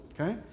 okay